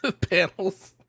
panels